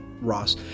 Ross